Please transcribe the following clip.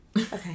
Okay